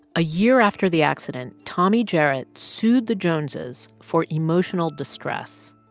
a year after the accident, tommy jarrett sued the joneses for emotional distress.